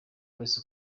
wese